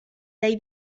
dai